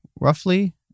roughly